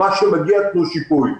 על מה שמגיע תנו שיפוי.